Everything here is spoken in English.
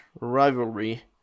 Rivalry